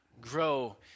grow